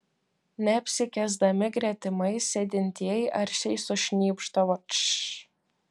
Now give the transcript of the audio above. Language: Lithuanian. neapsikęsdami gretimais sėdintieji aršiai sušnypšdavo tš